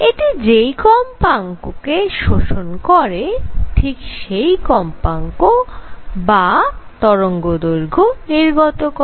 এটি যেই কম্পাঙ্ক কে শোষণ করে ঠিক সেই কম্পাঙ্ক বা তরঙ্গদৈর্ঘ্য নির্গত করে